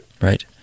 Right